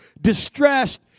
distressed